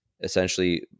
essentially